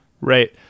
Right